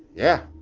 yeah.